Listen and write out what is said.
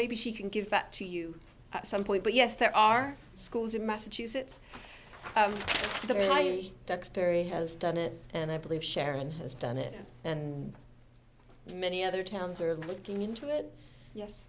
maybe she can give that to you at some point but yes there are schools in massachusetts the only duxbury has done it and i believe sharon has done it and many other towns are looking into it yes